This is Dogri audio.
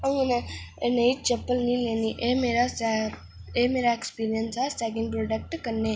हून में नेही चप्पल नेईं लैनी एह् मेरा एक्सपिरियंस ऐ सैकन हैंड प्रॉडक्ट दा